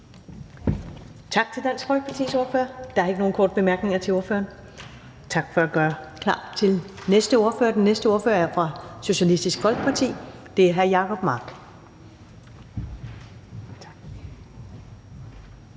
Tak til Dansk Folkepartis ordfører. Der er ikke nogen korte bemærkninger til ordføreren. Tak for at gøre klar til næste ordfører. Den næste ordfører er fra Socialistisk Folkeparti. Det er hr. Jacob Mark.